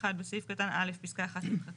1. בסעיף קטן (א) פסקה 1 נמחקה.